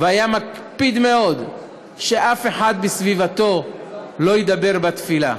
והיה מקפיד מאוד שאף אחד בסביבתו לא ידבר בתפילה.